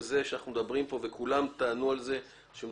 זה שאנחנו מדברים כאן וכולם טענו על כך שמדובר